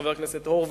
חבר הכנסת הורוביץ,